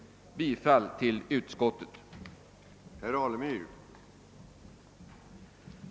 Jag yrkar bifall till utskottets hemställan.